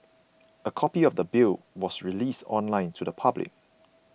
a copy of the Bill was released online to the public